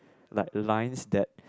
like the lines that